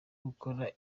gukora